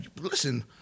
Listen